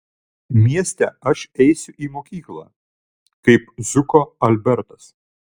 mieste aš eisiu į mokyklą kaip zuko albertas